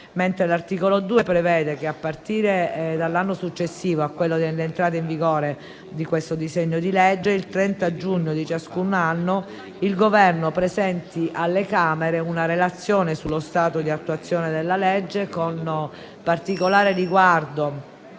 L'articolo 2 prevede che, a partire dall'anno successivo a quello dell'entrata in vigore di questo disegno di legge, il 30 giugno di ciascun anno il Governo presenti alle Camere una relazione sullo stato di attuazione della legge, con particolare riguardo